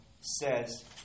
says